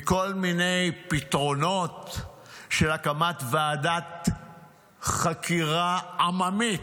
כמו כל מיני פתרונות של הקמת ועדת חקירה עממית.